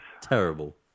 terrible